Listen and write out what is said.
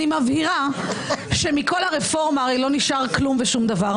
אני מבהירה שמכל הרפורמה הרי לא נשאר כלום ושום דבר.